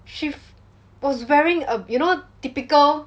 she f~ was wearing a you know typical